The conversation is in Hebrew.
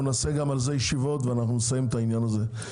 נעשה ישיבות גם על זה ונסיים את העניין הזה.